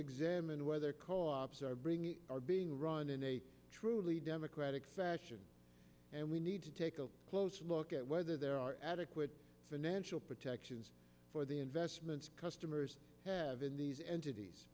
examine whether co ops are bringing are being run in a truly democratic fashion and we need to take a closer look at whether there are adequate financial protections for the investments customers have in these entities